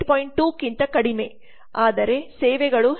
2 ಕ್ಕಿಂತ ಕಡಿಮೆ ಆದರೆ ಸೇವೆಗಳು ಹೆಚ್ಚು